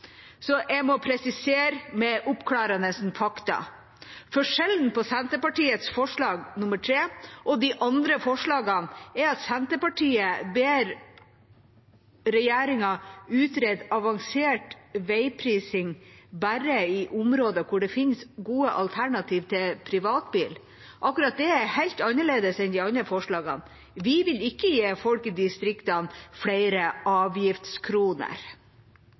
Så jeg må presisere med oppklarende fakta: Forskjellen på Senterpartiets forslag, nr. 3, og de andre forslagene er at Senterpartiet ber regjeringa utrede avansert veiprising bare i områder hvor det finnes gode alternativer til privatbil. Akkurat det er helt annerledes enn de andre forslagene. Vi vil ikke gi folk i distriktene flere avgiftskroner.